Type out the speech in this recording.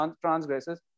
transgresses